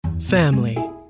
family